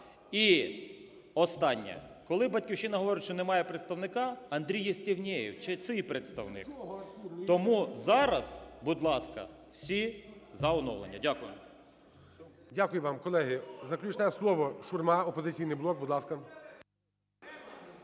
І останнє. Коли "Батьківщина" говорить, що немає представника, Андрій Євстігнєєв - це чий представник? Тому зараз, будь ласка, всі за оновлення. Дякую. ГОЛОВУЮЧИЙ. Дякую вам. Колеги, заключне слово, Шурма, "Опозиційний блок",